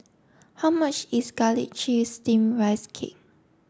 how much is Garlic Chives Steamed Rice Cake